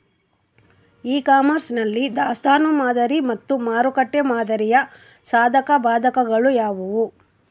E commerce ನಲ್ಲಿ ದಾಸ್ತನು ಮಾದರಿ ಮತ್ತು ಮಾರುಕಟ್ಟೆ ಮಾದರಿಯ ಸಾಧಕಬಾಧಕಗಳು ಯಾವುವು?